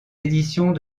éditions